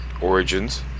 Origins